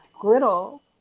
griddle